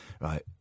Right